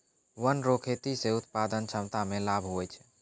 वन रो खेती से उत्पादन क्षमता मे लाभ हुवै छै